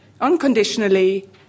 unconditionally